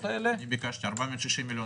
ביקשתי - 460 מיליון